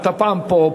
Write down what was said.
אתה פעם פה,